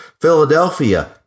Philadelphia